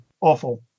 awful